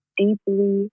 deeply